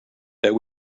that